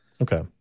Okay